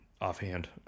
offhand